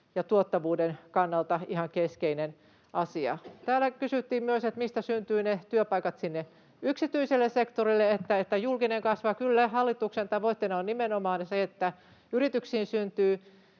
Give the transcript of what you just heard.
ja tuottavuuden kannalta ihan keskeinen asia. Täällä kysyttiin myös, että mistä syntyvät ne työpaikat sinne yksityiselle sektorille. Julkinen kasvaa kyllä. Hallituksen tavoitteena on nimenomaan se, että yrityksiin syntyy